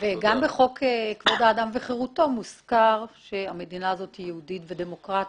גם בכבוד האדם וחירותו מוזכר שהמדינה הזאת היא מדינה יהודית ודמוקרטית.